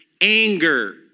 anger